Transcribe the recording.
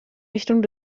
richtung